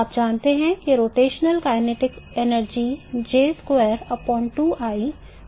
आप जानते हैं कि रोटेशनल गतिज ऊर्जा द्वारा दी जाती है